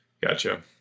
Gotcha